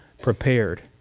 prepared